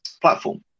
platform